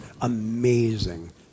Amazing